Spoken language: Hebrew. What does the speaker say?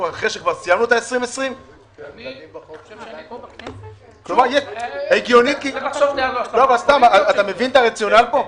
אחרי שכבר סיימנו את שנת 2020. אתה מבין את הרציונל פה?